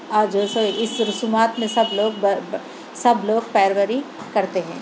اور جو ہے سو اس رسومات میں سب لوگ سب لوگ پیروی کرتے ہیں